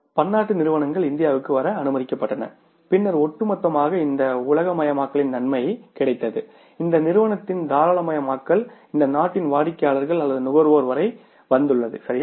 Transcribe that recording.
பன்னாட்டு நிறுவனங்கள் இந்தியாவுக்கு வர அனுமதிக்கப்பட்டன பின்னர் ஒட்டுமொத்தமாக இந்த உலகமயமாக்கலின் நன்மை இது இந்த நிறுவனத்தின் தாராளமயமாக்கல் இந்த நாட்டின் வாடிக்கையாளர்கள் அல்லது நுகர்வோர் வரை வந்துள்ளது சரியா